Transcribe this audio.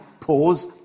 pause